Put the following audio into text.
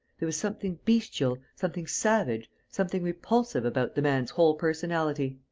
there was something bestial, something savage, something repulsive about the man's whole personality.